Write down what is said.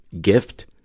gift